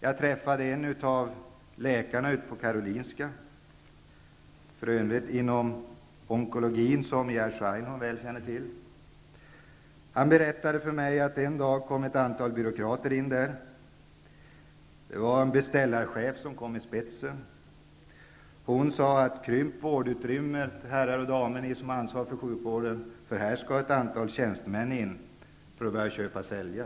Jag träffade en av läkarna på Karolinska sjukhuset som arbetar inom onkologin, som Jerzy Einhorn väl känner till. Han berättade för mig att en dag kom ett antal byråkrater dit. En s.k. beställarchef kom i spetsen. Hon sade att herrarna och damerna som har ansvaret för sjukvården skulle krympa vårdutrymmet. Här skulle ett antal tjänstemän få plats och ''köpa--sälja''.